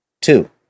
Two